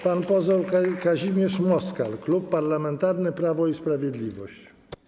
Pan poseł Kazimierz Moskal, Klub Parlamentarny Prawo i Sprawiedliwość.